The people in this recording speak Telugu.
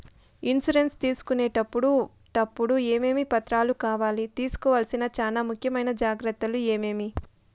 ఇన్సూరెన్సు తీసుకునేటప్పుడు టప్పుడు ఏమేమి పత్రాలు కావాలి? తీసుకోవాల్సిన చానా ముఖ్యమైన జాగ్రత్తలు ఏమేమి?